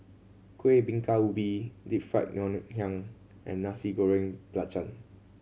Kueh Bingka Ubi Deep Fried Ngoh Hiang and Nasi Goreng Belacan